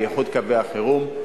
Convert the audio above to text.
באיחוד קווי החירום.